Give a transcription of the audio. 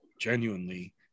genuinely